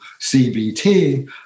CBT